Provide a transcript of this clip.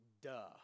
duh